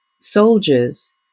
soldiers